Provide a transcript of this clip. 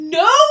no